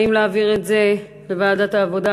אם להעביר את זה לוועדת העבודה,